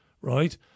right